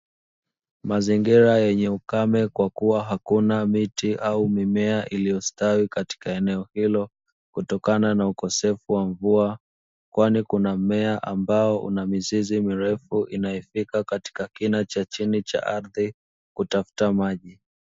Mazingira yenye ukame kwa kuwa hakuna miti au mimea iliyostawi katika eneo hilo kutokana na ukosefu wa mvua kwani kuna mmea ambao una mizizi mirefu imayofika katika kina cha chini cha ardhi kutafuta maji.